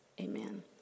Amen